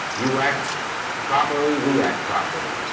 you act properly, we act properly.